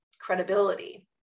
credibility